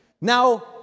Now